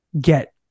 get